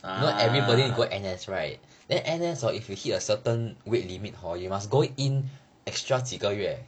ah